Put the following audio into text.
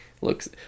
looks